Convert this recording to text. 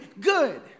good